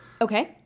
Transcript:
Okay